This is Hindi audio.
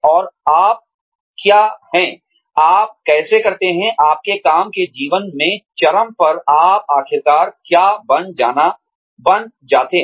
और आप क्या हैं आप कैसे करते हैं आपके काम के जीवन के चरम पर आप आखिरकार क्या बन जाते हैं